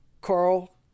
Carl